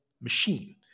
machine